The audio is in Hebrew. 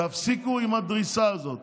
תפסיקו עם הדריסה הזו.